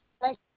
Thank